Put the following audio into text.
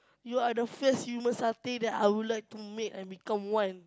you are the first human satay that I would like to make and become one